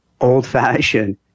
old-fashioned